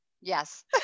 yes